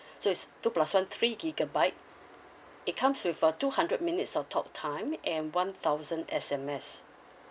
so it's two plus one three gigabyte it comes with uh two hundred minutes of talk time and one thousand S_M_S